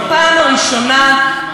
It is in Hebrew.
בפעם הראשונה,